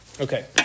Okay